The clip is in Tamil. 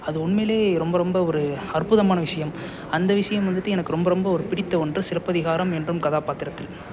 அது உண்மையிலேயே ரொம்ப ரொம்ப ஒரு அற்புதமான விஷயம் அந்த விஷயம் வந்துட்டு எனக்கு ரொம்ப ரொம்ப ஒரு பிடித்த ஒன்று சிலப்பதிகாரம் என்றும் கதாபாத்திரத்தில்